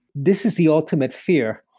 this is the ultimate fear.